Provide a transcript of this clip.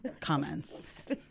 comments